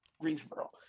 Greensboro